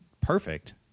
perfect